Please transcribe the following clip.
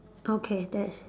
okay that's